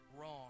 wrong